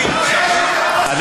הפלסטינים.